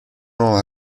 nuova